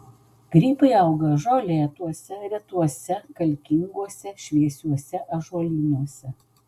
grybai auga žolėtuose retuose kalkinguose šviesiuose ąžuolynuose